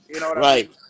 right